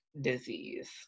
disease